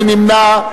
מי נמנע?